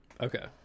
Okay